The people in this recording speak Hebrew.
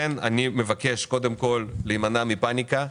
לכן אני מבקש להימנע מפניקה,